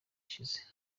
ishize